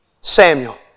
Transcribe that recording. Samuel